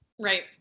right